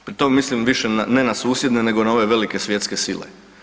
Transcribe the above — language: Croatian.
Pri tom mislim više ne na susjedne nego na ove velike svjetske sile.